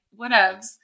whatevs